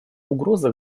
угроза